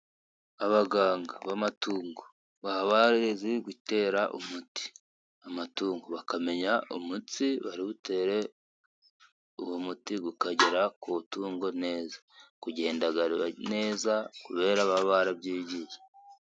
Abaganga b'amatungo baba barize gutera umuti amatungo. Bakamenya umutsi bari buwutere, uwo muti ukagera ku itungo neza. Ugenda neza, kubera baba barabyigiye.